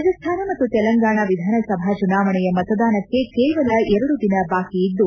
ರಾಜಾಸ್ತಾನ ಮತ್ತು ತೆಲಂಗಾಣ ವಿಧಾನಸಭಾ ಚುನಾವಣೆಯ ಮತದಾನಕ್ಕೆ ಕೇವಲ ಎರಡು ದಿನ ಬಾಕಿ ಇದ್ದು